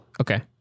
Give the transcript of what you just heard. Okay